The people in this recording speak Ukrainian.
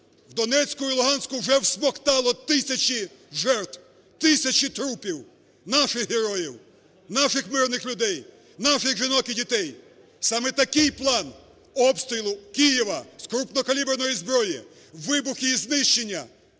в Донецьку, і Луганську вже всмоктало тисячі жертв, тисячі трупів, наших героїв, наших мирних людей, наших жінок і дітей. Саме такий план обстрілу Києва з крупнокаліберної зброї, вибух і її знищення